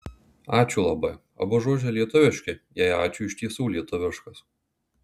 ačiū labai abu žodžiai lietuviški jei ačiū iš tiesų lietuviškas